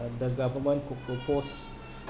the government could propose